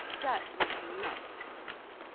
that was nice of you.